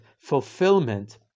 fulfillment